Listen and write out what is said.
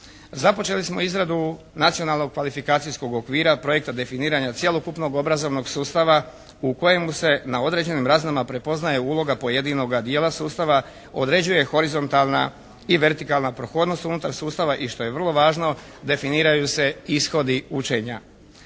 Započeli smo izradu nacionalnog kvalifikacijskog okvira, projekta definiranja cjelokupnog obrazovnog sustava u kojemu se na određenim razinama prepoznaje uloga pojedinoga dijela sustava, određuje horizontalna i vertikalna prohodnost unutar sustava i što je vrlo važno definiraju se ishodi učenja.